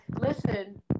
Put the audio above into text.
listen